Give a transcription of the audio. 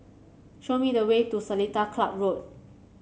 show me the way to Seletar Club Road